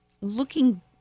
looking